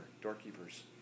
doorkeepers